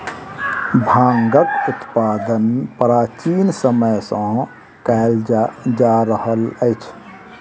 भांगक उत्पादन प्राचीन समय सॅ कयल जा रहल अछि